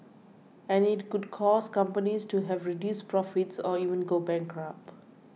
and it could cause companies to have reduced profits or even go bankrupt